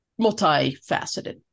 multifaceted